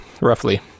roughly